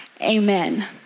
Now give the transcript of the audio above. amen